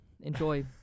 Enjoy